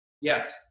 Yes